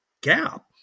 gap